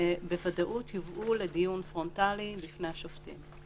בוודאות יובאו לדיון פרונטלי לפני השופטים.